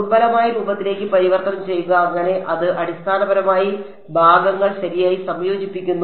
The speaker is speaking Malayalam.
ദുർബലമായ രൂപത്തിലേക്ക് പരിവർത്തനം ചെയ്യുക അങ്ങനെ അത് അടിസ്ഥാനപരമായി ഭാഗങ്ങൾ ശരിയായി സംയോജിപ്പിക്കുന്നു